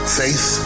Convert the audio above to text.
faith